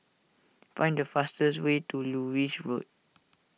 find the fastest way to Lewis Road